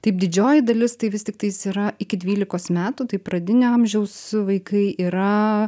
taip didžioji dalis tai vis tiktais yra iki dvylikos metų tai pradinio amžiaus vaikai yra